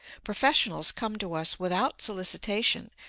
professionals come to us without solicitation,